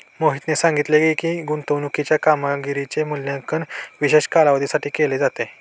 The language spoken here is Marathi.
मोहितने सांगितले की, गुंतवणूकीच्या कामगिरीचे मूल्यांकन विशिष्ट कालावधीसाठी केले जाते